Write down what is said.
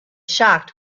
shocked